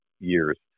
Years